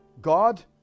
God